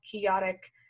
chaotic